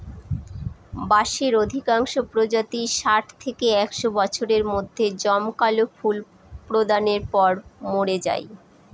বাঁশের অধিকাংশ প্রজাতিই ষাট থেকে একশ বছরের মধ্যে জমকালো ফুল প্রদানের পর মরে যায়